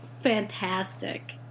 fantastic